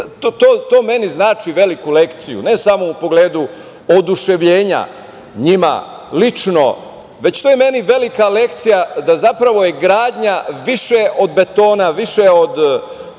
To meni znači veliku lekciju, ne samo u pogledu oduševljenja njima lično već to je meni velika lekcija da zapravo je gradnja više od betona, više od